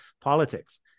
politics